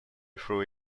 through